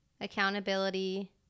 Accountability